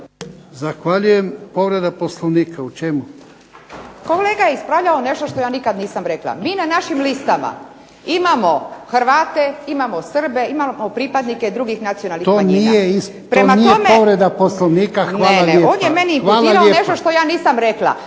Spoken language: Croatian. Marinović, Ingrid (SDP)** Kolega je ispravljao nešto što ja nikad nisam rekla. Mi na našim listama imamo Hrvat, imamo Srbe, imamo pripadnike drugih nacionalnih manjina. **Jarnjak, Ivan (HDZ)** To nije povreda Poslovnika, hvala lijepa.